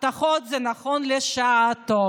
הבטחות זה נכון לשעתו.